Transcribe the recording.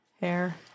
Hair